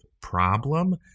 problem